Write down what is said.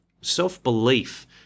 self-belief